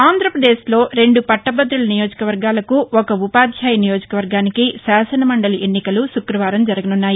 ఆంధ్రప్రదేశ్లో రెండు పట్టభుదుల నియోజకవర్గాలకు ఒక ఉపాధ్యాయ నియోజక పర్గానికి శాసనమండలి ఎన్నికలు శుక్రవారం జరగనున్నాయి